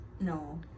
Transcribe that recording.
No